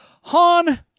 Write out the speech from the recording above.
Han